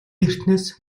эртнээс